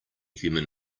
human